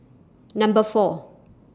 Number four